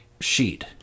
sheet